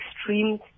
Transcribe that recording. extreme